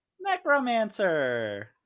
Necromancer